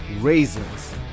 raisins